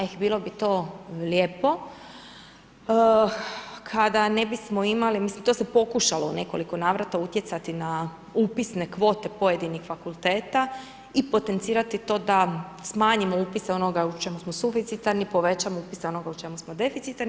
Eh bilo bi to lijepo kada ne bismo imali, mislim to se pokušalo u nekoliko navrata utjecati na upisne kvote pojedinih fakulteta i potencirati to da smanjimo upise onoga u čemu suficitarni, povećamo upise onoga u čemu smo deficitarni.